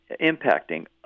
impacting